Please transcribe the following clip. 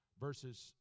verses